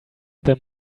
them